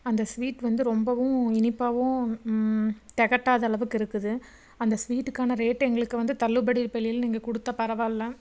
அந்த ஸ்வீட் வந்து ரொம்பவும் இனிப்பாகவும் தெகட்டாத அளவுக்கு இருக்குது அந்த ஸ்வீட்டுக்கான ரேட்டு எங்களுக்கு வந்து தள்ளுபடி விலையில நீங்கள் கொடுத்தா பரவாயில்ல